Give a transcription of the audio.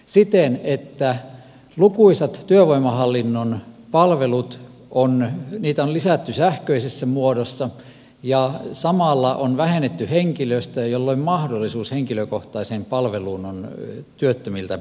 siten että lukuisia työvoimahallinnon palveluita on lisätty sähköisessä muodossa ja samalla on vähennetty henkilöstöä jolloin mahdollisuus henkilökohtaiseen palveluun on työttömiltä heikentynyt